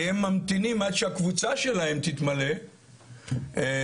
הם ממתינים עד שהקבוצה שלהם תתמלא לזכאות,